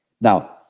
Now